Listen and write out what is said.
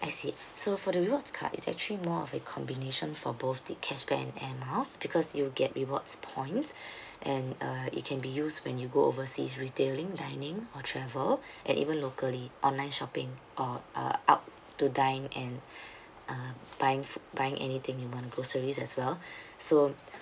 I see so for the rewards card is actually more of a combination for both the cashback and air miles because you'll get rewards points and uh it can be used when you go overseas retailing dining or travel and even locally online shopping or uh up to dine and uh buying food buying anything you want go service as well so